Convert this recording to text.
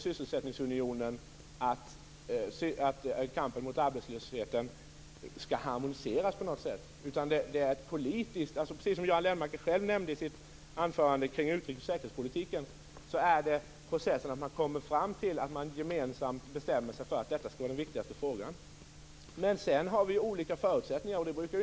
Sysselsättningsunionen innebär inte att kampen mot arbetslösheten skall harmoniseras på något sätt. Precis som Göran Lennmarker själv nämnde i sitt anförande om utrikes och säkerhetspolitiken är processen sådan att man kommer fram till att man gemensamt bestämmer sig för att detta skall vara den viktigaste frågan. Men sedan har vi olika förutsättningar.